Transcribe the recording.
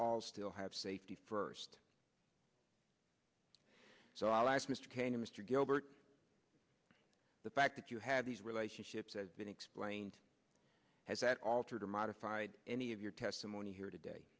all still have safety first so i'll ask mr cain mr gilbert the fact that you had these relationships as been explained has that altered or modified any of your testimony here today